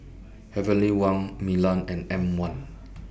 Heavenly Wang Milan and M one